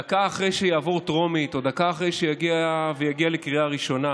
דקה אחרי שיעבור בטרומית או דקה אחרי שיגיע לקריאה ראשונה,